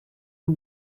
you